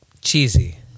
cheesy